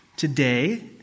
Today